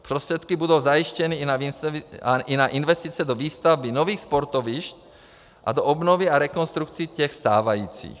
Prostředky budou zajištěny i na investice do výstavby nových sportovišť a do obnovy a rekonstrukce těch stávajících.